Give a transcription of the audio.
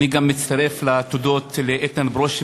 אני גם מצטרף לתודות לאיתן ברושי